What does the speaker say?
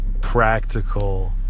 practical